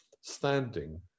standing